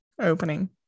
opening